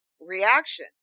reaction